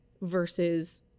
versus